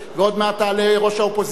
ועוד מעט תעלה ראש האופוזיציה,